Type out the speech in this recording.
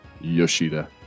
Yoshida